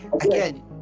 again